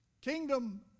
kingdom